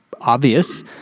obvious